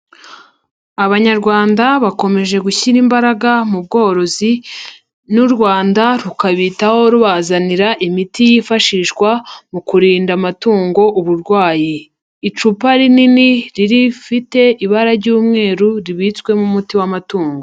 Abanyarwanda bakomeje gushyira imbaraga mu bworozi n'u Rwanda rukabitaho rubazanira imiti yifashishwa mu kurinda amatungo uburwayi. Icupa rinini rifite ibara ry'umweru ribitswemo umuti w'amatungo.